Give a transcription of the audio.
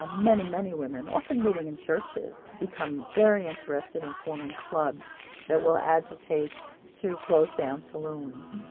ah many many women, often meeting in churches, become very interested in forming clubs that will agitate to close down saloons.